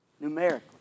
numerically